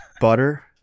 butter